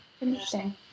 Interesting